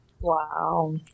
Wow